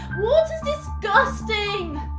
water's disgusting.